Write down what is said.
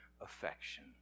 affection